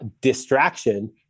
distraction